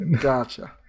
gotcha